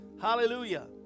Hallelujah